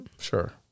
Sure